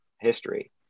history